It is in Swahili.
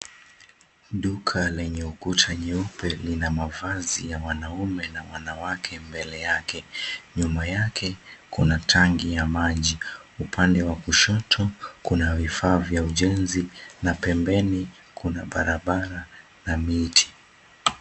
Duka lenye ukuta nyeupe lina mavazi ya wanaume na wanawake mbele yake, nyuma yake kuna tangi ya maji upande wa kushoto kuna vifaa vya ujenzi na pembeni kuna barabara na miti.